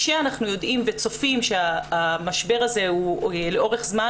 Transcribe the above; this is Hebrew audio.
כשאנחנו יודעים וצופים שהמשבר הזה הוא לאורך זמן,